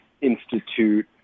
institute